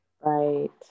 right